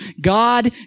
God